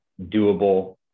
doable